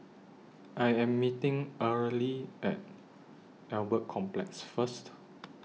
I Am meeting Earley At Albert Complex First